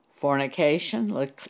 fornication